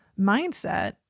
mindset